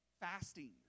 fasting